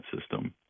system